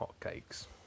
hotcakes